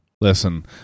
listen